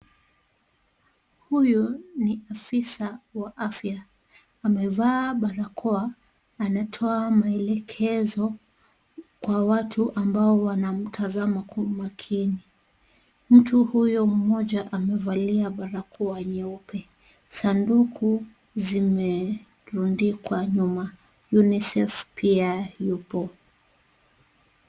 Huyu ni afisa wa afya. Amevaa barakoa, anatoa maelegezo kwa watu ambao wanamtazama kwa umakini. Mtu huyo mmoja amevalia barakoa nyeupe. Sanduku zimerundikwa nyuma. UNICEF pia yupo.